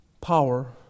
power